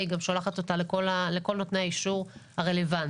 היא גם שולחת אותה לכל נותני האישור הרלוונטיים.